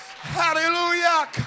Hallelujah